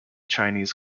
chinese